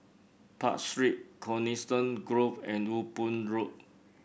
Park Street Coniston Grove and Ewe Boon Road